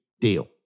deal